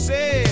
Say